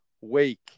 Wake